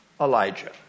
Elijah